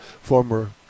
former